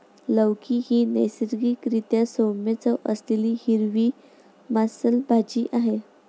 लौकी ही नैसर्गिक रीत्या सौम्य चव असलेली हिरवी मांसल भाजी आहे